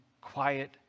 quiet